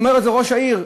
אומר את זה ראש העיר,